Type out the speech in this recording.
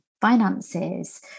finances